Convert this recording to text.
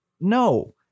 No